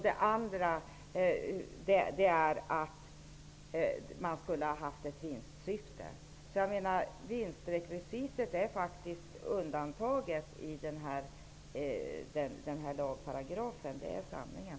Det andra är att man skulle ha haft ett vinstsyfte. Jag menar att vinstrekvisitet faktiskt är undantaget i den här lagparagrafen. Det är sanningen.